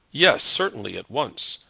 yes, certainly at once.